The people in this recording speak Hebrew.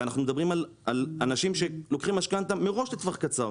ואנחנו מדברים על אנשים שלוקחים משכנתא מראש לטווח קצר.